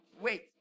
wait